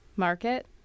market